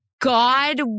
God